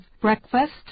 breakfast